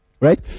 Right